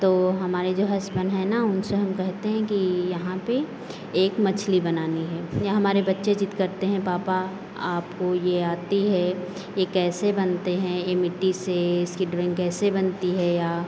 तो हमारे जो हस्बैंड हैं ना उनसे हम कहते हैं कि यहाँ पे एक मछली बनानी है या हमारे बच्चे जिद करते हैं पापा आपको ये आती है ये कैसे बनते हैं ये मिट्टी से इसकी ड्राइंग कैसे बनती है या